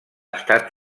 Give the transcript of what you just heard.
estat